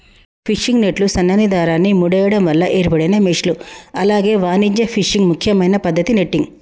fishing నెట్లు సన్నని దారాన్ని ముడేయడం వల్ల ఏర్పడిన మెష్లు అలాగే వాణిజ్య ఫిషింగ్ ముఖ్యమైన పద్దతి నెట్టింగ్